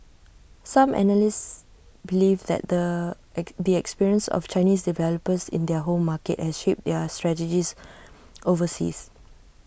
some analysts believe that the the experience of Chinese developers in their home market has shaped their strategies overseas